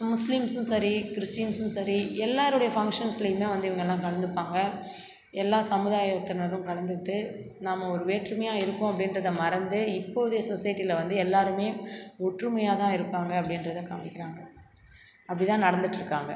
முஸ்லீம்ஸும் சரி கிறிஸ்டின்ஸும் சரி எல்லாருடைய ஃபங்க்ஷன்ஸ்லையுமே வந்து இவங்கள்லாம் கலந்துப்பாங்க எல்லா சமுதாயத்தினரும் கலந்துக்கிட்டு நாம ஒரு வேற்றுமையா இருக்கோம் அப்படின்றத மறந்து இப்போதைய சொசைட்டியில் வந்து எல்லாருமே ஒற்றுமையாதான் இருப்பாங்க அப்படின்றத கவனிக்கிறாங்கள் அப்படிதான் நடந்துட்டுருக்காங்க